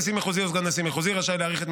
נשיא מחוזי או סגן נשיא מחוזי רשאי להאריך את